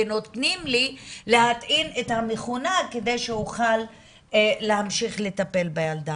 ונותנים לי להטעין את המכונה כדי שאוכל להמשיך לטפל בילדה.